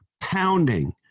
pounding